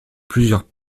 plusieurs